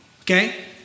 okay